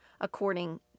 according